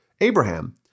Abraham